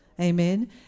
Amen